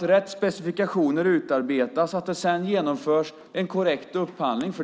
Rätt specifikationer ska utarbetas, och sedan ska en korrekt upphandling genomföras.